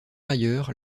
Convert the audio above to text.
ailleurs